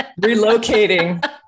relocating